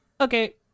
Okay